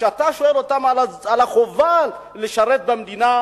כשאתה שואל אותם על החובה לשרת במדינה,